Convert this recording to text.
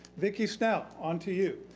vicky snell, on to you.